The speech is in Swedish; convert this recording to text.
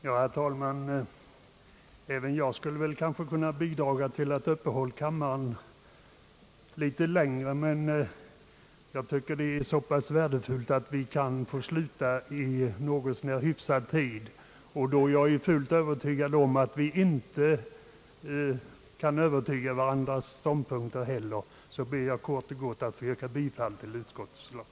Herr talman! Även jag skulle kanske kunna bidraga till att uppehålla kammaren ytterligare en stund, men då jag tycker att det är värdefullt att vi får sluta i något så när hyfsad tid och jag är fullt övertygad om att vi inte kan påverka varandras ståndpunkter, ber jag kort och gott att få yrka bifall till utskottets förslag.